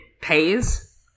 pays